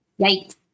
Right